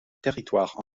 territoire